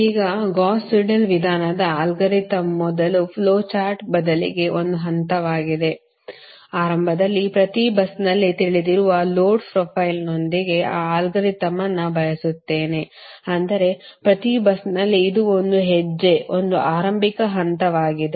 ಈಗ Gauss Seidel ವಿಧಾನದ algorithm ಮೊದಲು ಫ್ಲೋಚಾರ್ಟ್ ಬದಲಿಗೆ ಒಂದು ಹಂತವಾಗಿದೆ ಆರಂಭದಲ್ಲಿ ಪ್ರತಿ busನಲ್ಲಿ ತಿಳಿದಿರುವ ಲೋಡ್ ಪ್ರೊಫೈಲ್ನೊಂದಿಗೆ ಆ ಅಲ್ಗಾರಿದಮ್ ಅನ್ನು ಬಯಸುತ್ತೇನೆ ಅಂದರೆ ಪ್ರತಿ busನಲ್ಲಿ ಇದು ಒಂದು ಹೆಜ್ಜೆ ಒಂದು ಆರಂಭಿಕ ಹಂತವಾಗಿದೆ